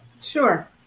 Sure